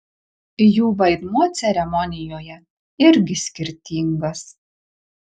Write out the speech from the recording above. jų vaidmuo ceremonijoje irgi skirtingas